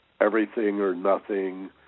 everything-or-nothing